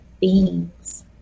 beings